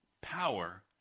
power